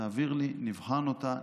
תעביר לי, נבחן אותה.